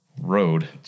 road